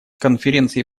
конференции